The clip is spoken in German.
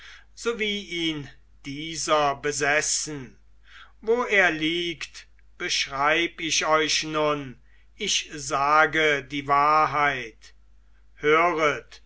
so wie ihn dieser besessen wo er liegt beschreib ich euch nun ich sage die wahrheit höret